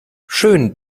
schönen